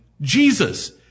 Jesus